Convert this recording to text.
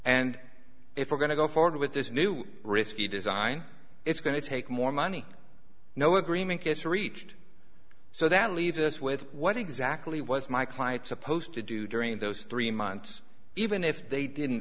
and if we're going to go forward with this new risky design it's going to take more money no agreement is reached so that leaves us with what exactly was my client supposed to do during those three months even if they didn't